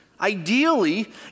Ideally